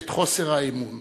את חוסר האמון.